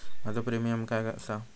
माझो प्रीमियम काय आसा?